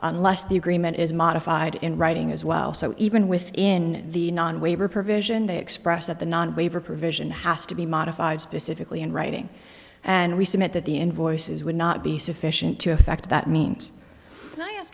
unless the agreement is modified in writing as well so even within the non waiver provision they express that the non waiver provision has to be modified specifically in writing and we submit that the invoices would not be sufficient to effect that means